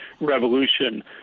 revolution